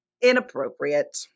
inappropriate